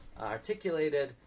articulated